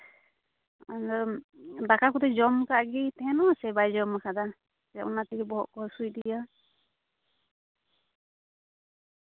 ᱟᱫᱚ ᱫᱟᱠᱟ ᱠᱚᱫᱚᱭ ᱡᱚᱢ ᱠᱟᱜ ᱜᱮ ᱛᱟᱦᱮᱱᱟ ᱥᱮ ᱵᱟᱭ ᱡᱚᱢ ᱠᱟᱫᱟ ᱡᱮ ᱚᱱᱟ ᱛᱮᱜᱮ ᱵᱚᱦᱚᱜ ᱠᱚ ᱦᱟᱹᱥᱩᱭᱮᱫᱮᱭᱟ